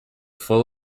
full